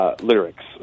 lyrics